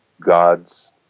God's